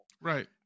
Right